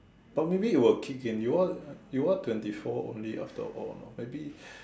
but maybe it will kick in you are you are twenty four only after all you know maybe